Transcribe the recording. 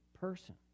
person